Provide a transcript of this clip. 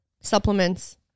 supplements